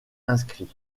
inscrits